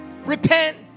repent